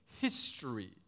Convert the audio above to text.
history